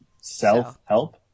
Self-help